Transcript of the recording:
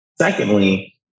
Secondly